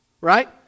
right